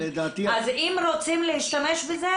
אז אם רוצים להשתמש בזה